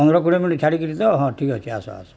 ପନ୍ଦର କୋଡ଼ିଏ ମିନିଟ୍ ଛାଡ଼ିକିରି ତ ହଁ ଠିକ୍ ଅଛି ଆସ ଆସ